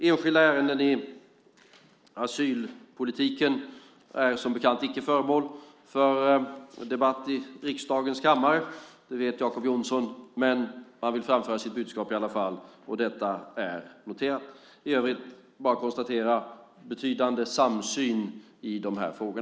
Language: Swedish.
Enskilda ärenden i asylpolitiken är som bekant icke föremål för debatt i riksdagens kammare. Det vet Jacob Johnson, men han vill framföra sitt budskap i alla fall. Detta är noterat. I övrigt vill jag bara konstatera att det råder en betydande samsyn i dessa frågor.